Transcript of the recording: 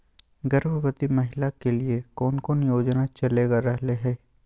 गर्भवती महिला के लिए कौन कौन योजना चलेगा रहले है?